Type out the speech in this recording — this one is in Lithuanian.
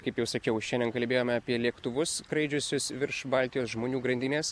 kaip jau sakiau šiandien kalbėjome apie lėktuvus skraidžiusius virš baltijos žmonių grandinės